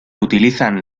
utilizan